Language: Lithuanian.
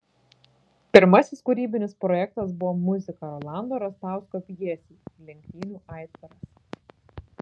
pirmasis kūrybinis projektas buvo muzika rolando rastausko pjesei lenktynių aitvaras